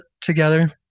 together